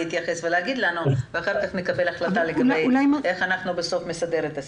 להתייחס ולהגיד לנו ואחר כך נקבל החלטה איך אנחנו מנסחים את זה.